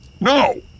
No